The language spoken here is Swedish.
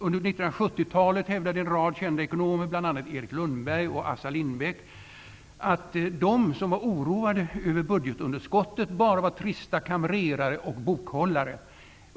Under l970-talet hävdade en rad kända ekonomer, bl.a. Erik Lundberg och Assar Lindbeck, att de som var oroade över budgetunderskottet bara var trista kamrerare och bokhållare.